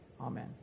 Amen